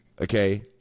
okay